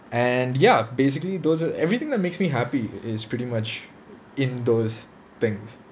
and ya basically those are everything that makes me happy is pretty much in those things